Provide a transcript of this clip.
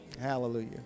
Hallelujah